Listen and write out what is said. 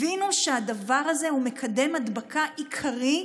הבינו שהדבר הזה הוא מקדם הדבקה עיקרי.